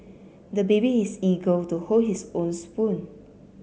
the baby is eager to hold his own spoon